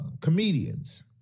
comedians